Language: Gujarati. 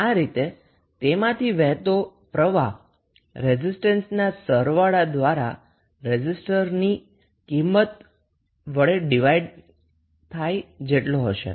આ રીતે તેમાથી વહેતો પ્રવાહ રેઝિસ્ટન્સના સરવાળા દ્વારા રેઝિસ્ટરની ડિવાઈડેડ કિંમત જેટલી હશે